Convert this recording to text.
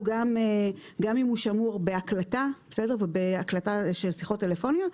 גם אם הוא שמור בהקלטה ובהקלטה של שיחות טלפוניות,